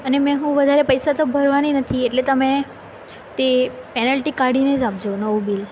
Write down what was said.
અને મેં હું વધારે પૈસા તો ભરવાની નથી એટલે તમે તે પેનલ્ટી કાઢીને જ આપજો નવું બિલ